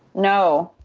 no.